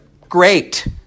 Great